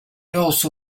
also